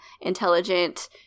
intelligent